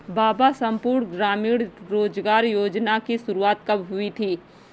बाबा संपूर्ण ग्रामीण रोजगार योजना की शुरुआत कब हुई थी?